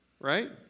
right